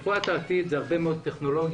רפואת העתיד היא הרבה מאוד טכנולוגיה,